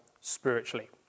spiritually